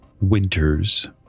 winter's